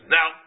Now